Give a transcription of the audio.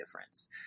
difference